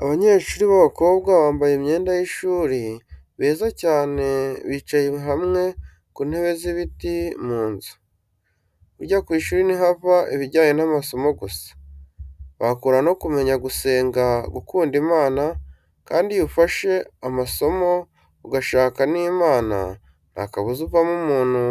Abanyeshri babakobwa bambaye imyenda yishuri beza cyane bicaye hamwe kuntebe z,ibiti munzu. burya kwishuri ntihava ibijyanye namasomo gusa bahakura nokumenya gusenga gukunda imana kandi iyo ufashe amasomo ugashaka nimana ntakabuza uvamo umuntu